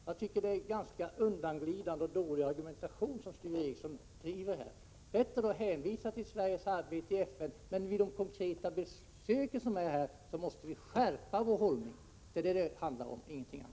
Sture Ericson driver en ganska undanglidande och dålig argumentation här. Det är bättre att hänvisa till Sveriges arbete i FN. Det handlar inte om något annat än att vi måste skärpa vår hållning i fråga om sådana besök.